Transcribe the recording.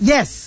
Yes